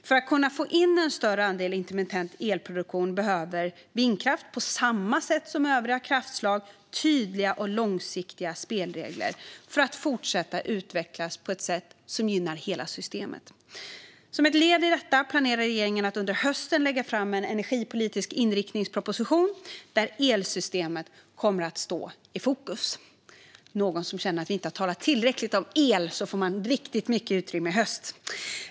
För att kunna få in en större andel intermittent elproduktion behöver vindkraft - på samma sätt som övriga kraftslag - tydliga och långsiktiga spelregler för att fortsätta att utvecklas på ett sätt som gynnar hela systemet. Som ett led i detta planerar regeringen att under hösten lägga fram en energipolitisk inriktningsproposition där elsystemet kommer att stå i fokus. Om det är någon som känner att vi inte har talat tillräckligt om el får man riktigt mycket utrymme i höst.